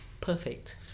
Perfect